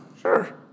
Sure